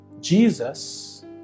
Jesus